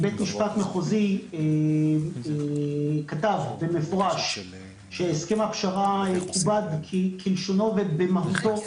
בית-משפט מחוזי כתב במפורש שהסכם הפשרה יכובד כלשונו ובמהותו,